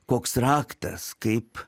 koks raktas kaip